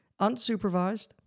unsupervised